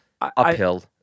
uphill